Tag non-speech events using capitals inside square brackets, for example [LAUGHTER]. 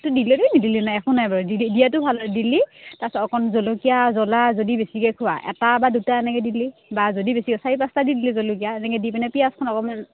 টো দিলে দিবি নিদিলেও নাই একো নাই [UNINTELLIGIBLE] অকণ জলকীয়া [UNINTELLIGIBLE] বেছিকে খোৱা এটা বা দুটা এনেকে দিলি বা যদি বেছিকে [UNINTELLIGIBLE] চাৰি পাঁটা দি দিলি জলকীয়া এনেকে দি পিনে পিঁয়াজখন অকণমান